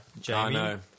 Jamie